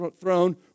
throne